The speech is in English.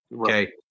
Okay